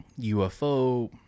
UFO